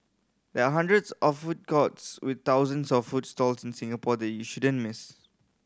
there are hundreds of food courts with thousands of food stalls in Singapore that you shouldn't miss